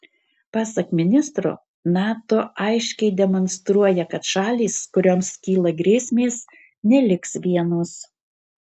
pasak ministro nato aiškiai demonstruoja kad šalys kurioms kyla grėsmės neliks vienos